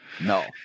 No